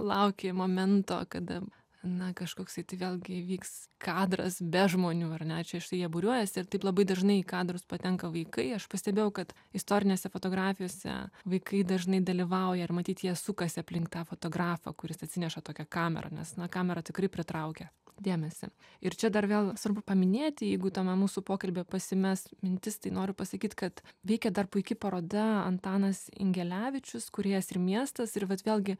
lauki momento kada na kažkoksai tai vėlgi įvyks kadras be žmonių ar ne čia štai jie būriuojasi ir taip labai dažnai į kadrus patenka vaikai aš pastebėjau kad istorinėse fotografijose vaikai dažnai dalyvauja ir matyt jie sukasi aplink tą fotografą kuris atsineša tokią kamerą nes na kamera tikrai pritraukia dėmesį ir čia dar vėl svarbu paminėti jeigu tame mūsų pokalbyje pasimes mintis tai noriu pasakyt kad veikia dar puiki paroda antanas ingelevičius kūrėjas ir miestas ir vat vėlgi